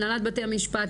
הנהלת בתי המשפט,